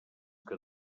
que